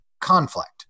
conflict